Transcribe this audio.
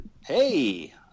Hey